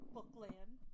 Bookland